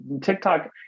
TikTok